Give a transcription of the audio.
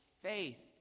faith